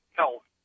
health